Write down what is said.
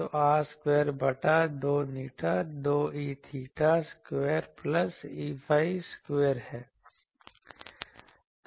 तो r square बटा 2η 2E𝚹 square plus Eϕ square है